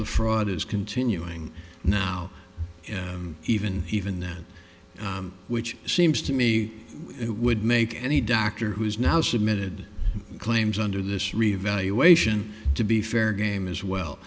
the fraud is continuing now and even even then which seems to me it would make any doctor who's now submitted claims under this revaluation to be fair game as well